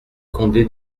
condé